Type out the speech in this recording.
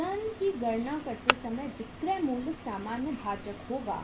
वजन की गणना करते समय विक्रय मूल्य सामान्य भाजक होगा